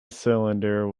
cylinder